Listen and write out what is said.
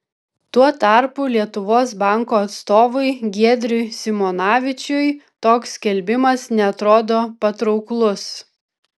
tuo tarpu lietuvos banko atstovui giedriui simonavičiui toks skelbimas neatrodo patrauklus